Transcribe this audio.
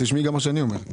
תשמעי גם מה שאני אומר.